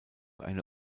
eine